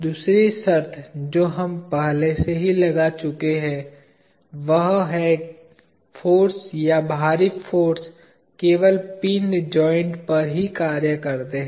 दूसरी शर्त जो हम पहले ही लगा चुके हैं वह है फाॅर्स या बाहरी फाॅर्स केवल पिन जॉइंट्स पर ही कार्य करते हैं